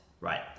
right